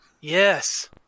Yes